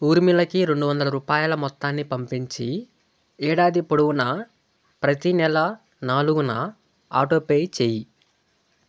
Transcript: ఊర్మిళకి రెండు వందల రూపాయల మొత్తాన్ని పంపించి ఏడాది పొడవునా ప్రతీ నెల నాలుగున ఆటోపే చెయ్